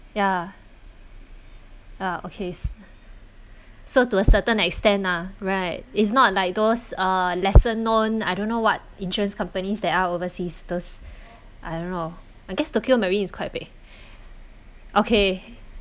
ya ya okay so to a certain extent ah right is not like those uh lesser known I don't know what insurance companies there are overseas thus I don't know I guess tokio marine is quite big okay